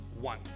one